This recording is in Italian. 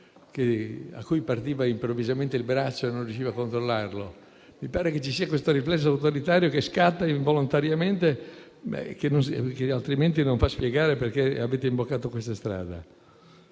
a cui partiva improvvisamente il braccio e non riusciva a controllare? Mi pare che ci sia questo riflesso autoritario che scatta involontariamente, altrimenti non si può spiegare perché avete imboccato siffatta strada.